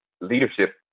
leadership